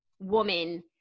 woman